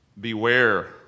Beware